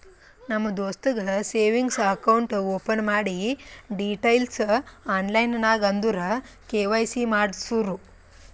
ನಮ್ ದೋಸ್ತಗ್ savings account open ಮಾಡಿ ಡೀಟೈಲ್ಸ್ ಆನ್ಲೈನ್ ನಾಗ್ ಅಂದುರ್ ಕೆ.ವೈ.ಸಿ ಮಾಡ್ಸುರು